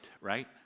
right